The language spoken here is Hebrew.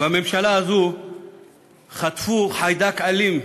והממשלה הזו חטפו חיידק אלים,